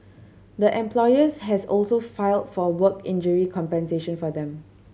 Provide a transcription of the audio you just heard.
the employers has also filed for work injury compensation for them